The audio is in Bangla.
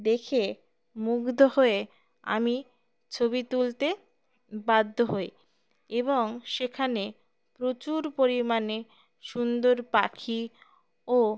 দেখে মুগ্ধ হয়ে আমি ছবি তুলতে বাধ্য হই এবং সেখানে প্রচুর পরিমাণে সুন্দর পাখি ও